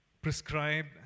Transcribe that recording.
prescribed